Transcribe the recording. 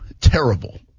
terrible